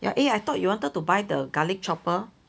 eh I thought you wanted to buy the garlic chopper